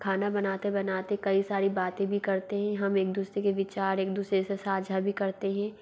खाना बनाते बनाते कई सारी बातें भी करते हैं हम एक दूसरे के विचार एक दूसरे से साझा भी करते हैं